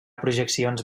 projeccions